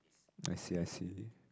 ppo I see I see